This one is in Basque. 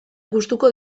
gustuko